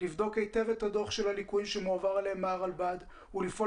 לבדוק היטב את הדוח של הליקויים שמועבר אליהם מהרלב"ד ולפעול